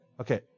Okay